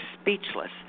speechless